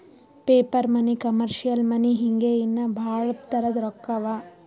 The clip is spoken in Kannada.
ಪೇಪರ್ ಮನಿ, ಕಮರ್ಷಿಯಲ್ ಮನಿ ಹಿಂಗೆ ಇನ್ನಾ ಭಾಳ್ ತರದ್ ರೊಕ್ಕಾ ಅವಾ